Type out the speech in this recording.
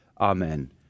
Amen